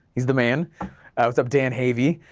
he's the main, what's up dan havey,